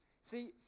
See